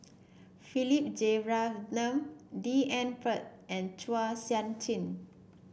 Philip Jeyaretnam D N Pritt and Chua Sian Chin